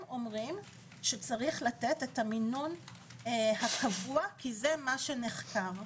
אומרים שיש לתת את המינון הקבוע כי זה מה שנחקר.